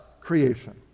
creation